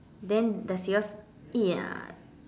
then does yours ya